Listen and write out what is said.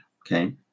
okay